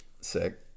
Sick